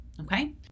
okay